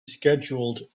scheduled